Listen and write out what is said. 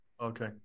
Okay